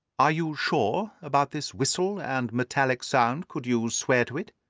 are you sure about this whistle and metallic sound? could you swear to it?